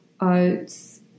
oats